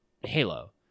Halo